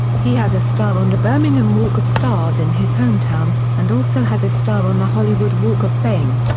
he has a star on the birmingham walk of stars in his hometown, and also has a star on the hollywood walk of fame.